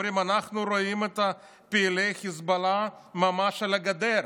והם אומרים: אנחנו רואים את פעילי חיזבאללה ממש על הגדר.